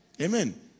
Amen